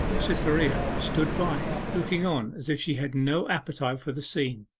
cytherea stood by, looking on as if she had no appetite for the scene.